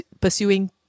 pursuing